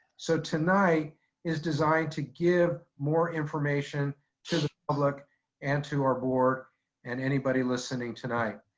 so tonight is designed to give more information to the public and to our board and anybody listening tonight.